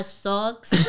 socks